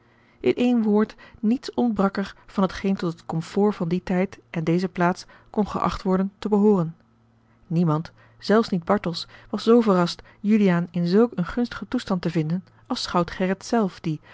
één woord niets ontbrak er van t geen tot het comfort van dien tijd en deze plaats kon geacht worden te behooren niemand zelfs niet bartels was zoo verrast juliaan in zulk een gunstigen toestand te vinden als schout gerrit zelf die